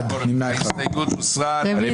הצבעה ההסתייגות לא התקבלה.